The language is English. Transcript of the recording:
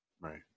Right